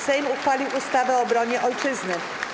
Sejm uchwalił ustawę o obronie Ojczyzny.